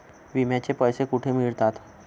विम्याचे पैसे कुठे मिळतात?